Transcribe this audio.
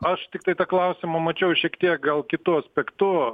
aš tiktai tą klausimą mačiau šiek tiek gal kitu aspektu